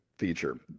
feature